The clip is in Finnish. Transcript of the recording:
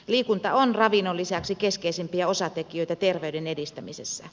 liikunta on ravinnon lisäksi keskeisimpiä osatekijöitä terveyden edistämisessä